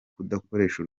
kudakoresha